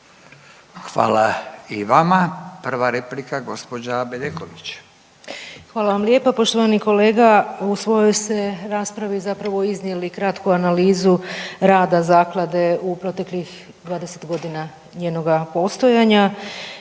Hvala i vama. Prva replika gospođa Bedeković. **Bedeković, Vesna (HDZ)** Hvala vam lijepo. Poštovani kolega u svojoj ste raspravi zapravo iznijeli kratku analizu rada zaklade u proteklih 20 godina njenoga postojanja